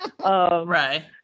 right